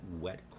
wet